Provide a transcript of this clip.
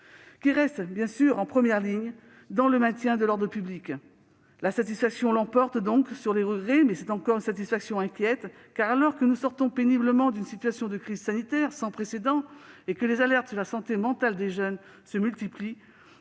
Monsieur le secrétaire d'État, mes chers collègues, la satisfaction l'emporte donc sur les regrets, mais c'est encore une satisfaction inquiète : alors que nous sortons péniblement d'une situation de crise sanitaire sans précédent, et que les alertes sur la santé mentale des jeunes se multiplient,